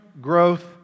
growth